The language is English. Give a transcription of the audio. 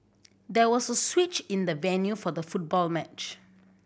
there was a switch in the venue for the football match